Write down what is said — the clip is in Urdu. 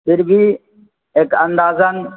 پھر بھی ایک اندازاََ